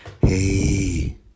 hey